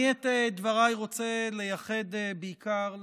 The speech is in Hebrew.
אני את דבריי רוצה לייחד בעיקר לסוגיית,